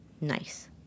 Nice